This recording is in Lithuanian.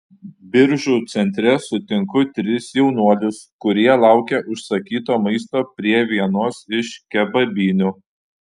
biržų centre sutinku tris jaunuolius kurie laukia užsakyto maisto prie vienos iš kebabinių